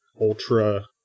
ultra